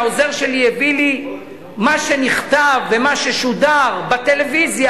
העוזר שלי הביא לי מה שנכתב ומה ששודר בטלוויזיה,